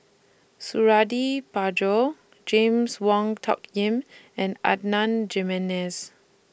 Suradi Parjo James Wong Tuck Yim and Jimenez